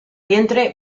vientre